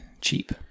cheap